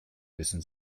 wissen